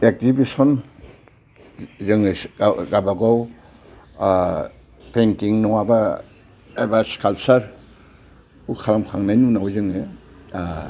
exhibition जोङो गाबागाव painting नङाब्ला एबा स्काल्पचारखौ खालाम खांनायनि उनाव जोङो